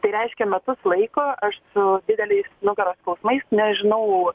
tai reiškia metus laiko aš su dideliais nugaros skausmais nežinau